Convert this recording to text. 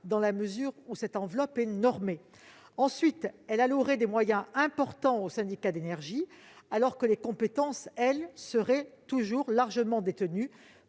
dans la mesure où cette enveloppe est normée. Ensuite, elle reviendrait à allouer des moyens importants aux syndicats d'énergie alors que les compétences, elles, seraient toujours largement détenues